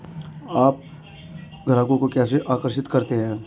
आप ग्राहकों को कैसे आकर्षित करते हैं?